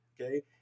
okay